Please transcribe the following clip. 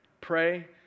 Pray